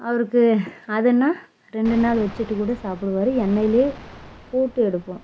அவருக்கு அதுன்னா ரெண்டு நாள் வச்சிகிட்டு கூட சாப்பிடுவாரு எண்ணெயிலேயே போட்டு எடுப்போம்